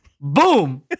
boom